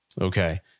Okay